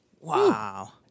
Wow